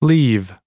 Leave